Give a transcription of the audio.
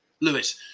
Lewis